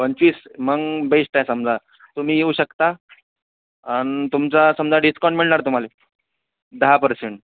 पंचवीस मग बेस्ट आहे समजा तुम्ही येऊ शकता तुमचा समजा डिस्काऊंट मिळणार तुम्हाला दहा पर्सेंट